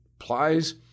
applies